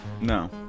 No